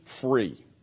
free